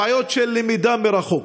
הבעיות של למידה מרחוק,